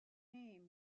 aim